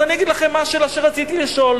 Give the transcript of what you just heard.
אז אני אגיד לכם מה השאלה שרציתי לשאול.